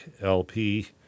LP